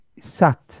sat